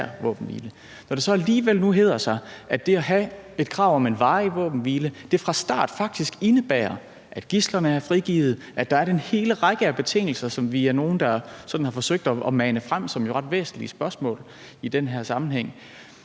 Når det så alligevel nu hedder sig, at det at have et krav om en varig våbenhvile fra start faktisk indebærer, at gidslerne er frigivet, at der er den hele række betingelser, som vi er nogle der sådan har forsøgt at mane frem, og som jo er ret væsentlige spørgsmål i denne sammenhæng,